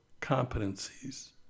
competencies